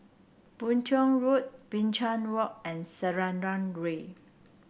Boon Tiong Road Binchang Walk and Selarang Way